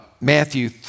Matthew